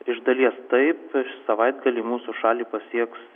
iš dalies taip savaitgalį mūsų šalį pasieks